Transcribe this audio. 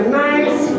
nice